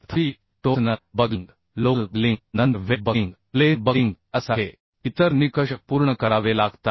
तथापि torsional buckling local buckling नंतर web buckling flange buckling यासारखे इतर निकष पूर्ण करावे लागतात